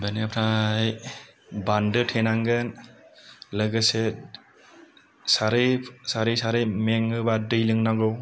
बेनिफ्राय बान्दो थेनांगोन लोगोसे सारै सारै मेङो बा दै लोंनांगौ